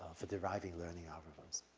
for deriving learning algorithms.